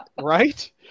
right